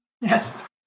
Yes